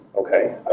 okay